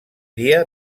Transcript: dia